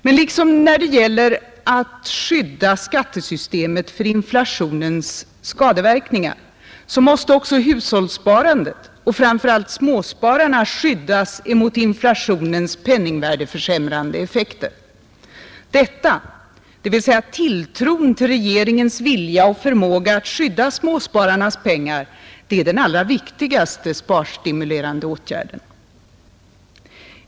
Men liksom när det gäller att skydda skattesystemet för inflationens skadeverkningar måste också hushållsspararna och framför allt småspararna skyddas mot inflationens penningvärdeförsämrande effekter. Detta, dvs. tilltron till regeringens vilja och förmåga att skydda småspararnas pengar, är den allra viktigaste sparstimulerande åtgärden.